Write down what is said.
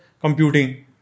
computing